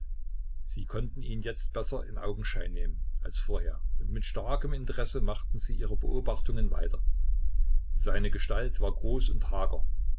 sie konnten ihn jetzt besser in augenschein nehmen als vorher und mit starkem interesse machten sie ihre beobachtungen weiter seine gestalt war groß und hager